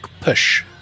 Push